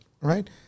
Right